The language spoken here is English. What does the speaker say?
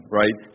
right